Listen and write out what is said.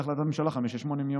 להחלטה